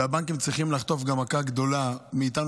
והבנקים צריכים לחטוף גם מכה גדולה מאיתנו,